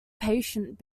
patient